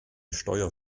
steuer